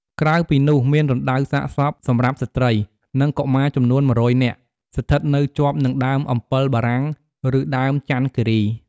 ក្រៅពីនោះ មានរណ្តៅសាកសពសម្រាប់ស្ត្រី និងកុមារចំនួន១០០នាក់ ស្ថិតនៅជាប់នឹងដើមអម្ពិលបារាំង ឬដើមចន្ទគិរី ។